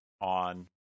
on